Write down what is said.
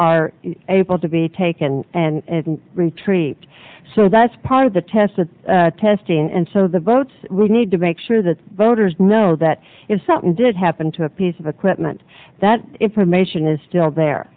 are able to be taken and retreat so that's part of the test of testing and so the votes we need to make sure that voters know that if something did happen to a piece of equipment that it permission is still there